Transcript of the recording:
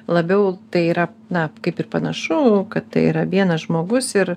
labiau tai yra na kaip ir panašu kad tai yra vienas žmogus ir